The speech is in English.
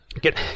Get